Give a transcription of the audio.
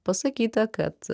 pasakyta kad